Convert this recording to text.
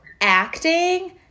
acting